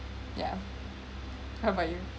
yeah how about you